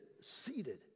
seated